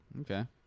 Okay